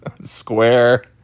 square